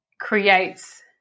creates